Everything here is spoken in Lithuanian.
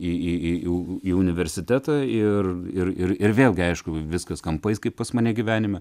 į į į u į universitetą ir ir ir ir vėl gi aišku viskas kampais kaip pas mane gyvenime